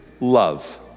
love